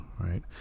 right